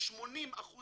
ול-80%